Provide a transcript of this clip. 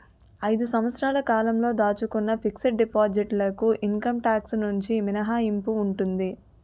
ఐదు సంవత్సరాల కాలంతో దాచుకున్న ఫిక్స్ డిపాజిట్ లకు ఇన్కమ్ టాక్స్ నుంచి మినహాయింపు ఉంటుంది